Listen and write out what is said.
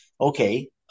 Okay